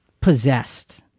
Possessed